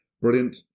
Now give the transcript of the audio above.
Brilliant